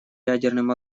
ядерным